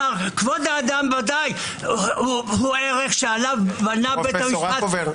כבוד האדם ודאי הוא ערך שעליו- -- פרופ' רקובר,